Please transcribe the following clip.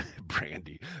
Brandy